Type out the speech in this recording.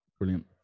brilliant